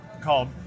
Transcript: called